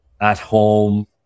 at-home